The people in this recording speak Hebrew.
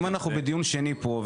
אם אנחנו בדיון שני פה,